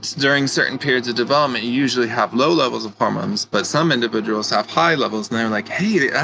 during certain periods of development, you usually have low levels of hormones, but some individuals have high levels, and they're like, hey, yeah